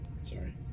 Sorry